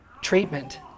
treatment